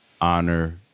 honor